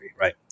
right